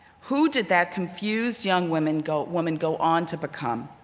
who did that confused young woman go woman go on to become?